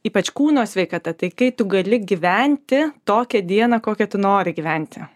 ypač kūno sveikata tai kai tu gali gyventi tokią dieną kokią tu nori gyventi